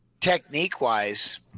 technique-wise